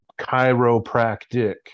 chiropractic